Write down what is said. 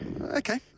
okay